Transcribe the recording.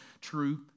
true